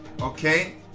Okay